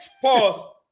Pause